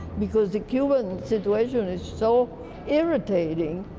because the cuban situation is so irritating.